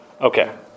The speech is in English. Okay